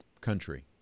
country